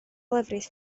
lefrith